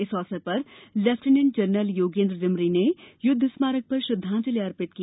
इस अवसर पर लेफ्टिनेंट जनरल योगेन्द्र डिमरी ने युद्ध स्मारक पर श्रद्धांजलि अर्पित की